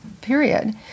period